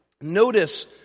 Notice